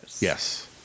Yes